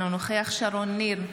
אינו נוכח שרון ניר,